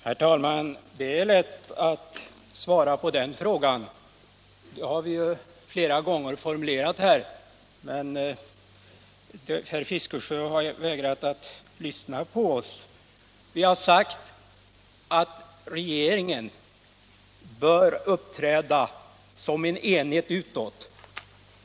Herr talman! Det är lätt att svara på den frågan. Svaret har flera gånger formulerats här, men herr Fiskesjö har vägrat att lyssna på oss. Vi har sagt att regeringen bör uppträda som en enhet utåt.